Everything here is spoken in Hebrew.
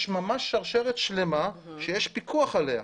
יש ממש שרשרת שלמה שיש פיקוח עליה.